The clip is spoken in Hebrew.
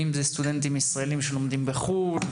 סטודנטים ישראלים שלומדים בחו"ל,